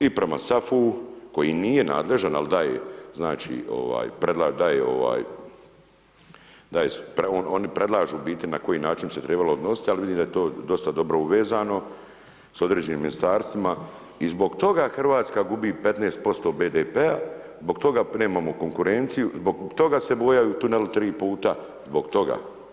I prema SAFU koji nije nadležan, ali daje, znači daje ovaj, oni predlaže u biti na koji način se trebalo odnositi, ali vidim da je to dosta dobro uvezano, s određenim ministarstvima i zbog toga Hrvatska gubi 15% BDP-a zbog toga nemamo konkurenciju, zbog toga se bojaju tuneli 3 puta, zbog toga.